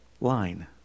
line